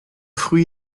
fruit